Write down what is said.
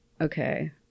okay